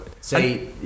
say